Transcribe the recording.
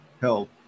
help